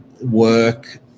work